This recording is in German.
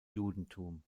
judentum